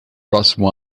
próximo